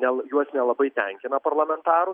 nel juos nelabai tenkina parlamentarų